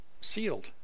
sealed